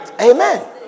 Amen